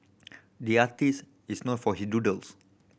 the artist is known for his doodles